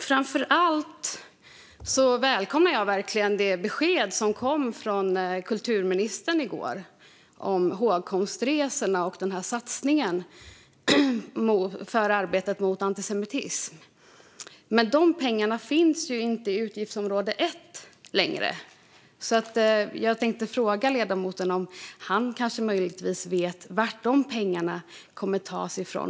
Framför allt välkomnar jag verkligen det besked som kom från kulturministern i går om hågkomstresorna och satsningen på arbetet mot antisemitism. Men de pengarna finns ju inte i utgiftsområde 1 längre, så jag tänkte fråga ledamoten om han möjligtvis vet varifrån de kommer att tas.